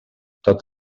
tot